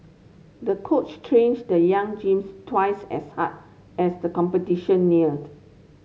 the coach changed the young gymnast twice as hard as the competition neared